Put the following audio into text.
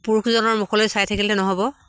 পুৰুষজনৰ মুখলৈ চাই থাকিলে নহ'ব